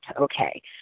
okay